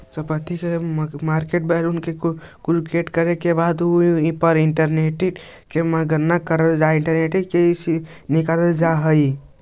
संपत्ति के market value calculate करे के बाद उ पर इंटरेस्ट रेट के गणना करके इंटरेस्ट रेट रिस्क निकालल जा हई